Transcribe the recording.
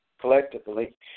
collectively